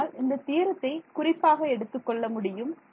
ஆனால் இந்த தியரத்தை குறிப்பாக எடுத்துக் கொள்ள முடியும்